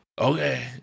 okay